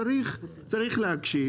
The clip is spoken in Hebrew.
צריך להקשיב.